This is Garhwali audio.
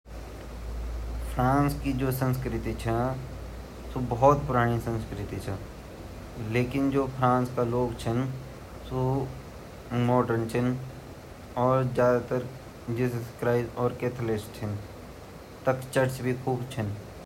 फ्रांस जु ची पश्चिमी यूरोप मा स्तिथ योक देश ची किन्तु येगु जु भू भाग ची उ संसारा मा अन्य भागु मा भी ची पेरिस येगी राजधानी ची अर यू यूरोपीय जु संग का सदस्य छिन ये छेत्रफला हिसाब से यूरोप म सबसे बडू देश ची।